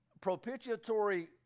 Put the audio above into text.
propitiatory